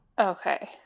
Okay